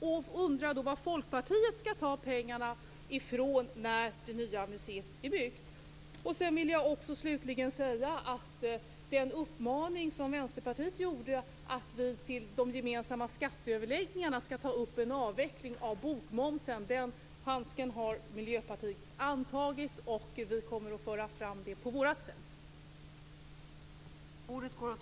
Jag undrar då var Folkpartiet skall ta pengarna ifrån när det nya museet är byggt. Sedan vill jag slutligen också säga något om den uppmaning som Vänsterpartiet gjorde om att vi vid de gemensamma skatteöverläggningarna skall ta upp en avveckling av bokmomsen. Den handsken har Miljöpartiet tagit upp. Vi kommer att föra fram det på vårt sätt.